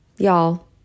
y'all